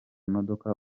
modoka